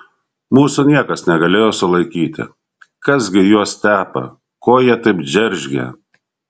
mūsų niekas negalėjo sulaikyti kas gi juos tepa ko jie taip džeržgia